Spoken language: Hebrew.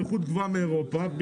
באיכות גבוהה מאירופה,